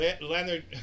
Leonard